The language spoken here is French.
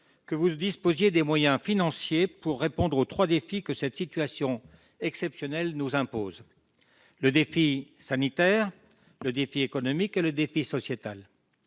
que vous disposiez des moyens financiers pour répondre aux trois défis que cette situation exceptionnelle nous impose : le défi sanitaire, le défi économique et le défi sociétal.